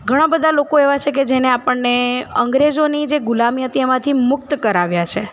ઘણાં બધાં લોકો એવાં છે કે જેમણે આપણને અંગ્રેજોની જે ગુલામી હતી એમાંથી મુક્ત કરાવ્યા છે